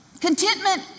contentment